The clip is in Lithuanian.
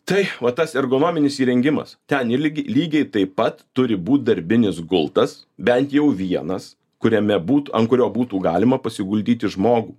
tai va tas ergonominis įrengimas ten ilgi lygiai taip pat turi būt darbinis gultas bent jau vienas kuriame būtų ant kurio būtų galima pasiguldyti žmogų